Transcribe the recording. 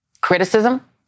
criticism